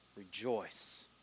Rejoice